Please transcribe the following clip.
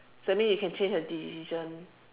so that means you can change the decision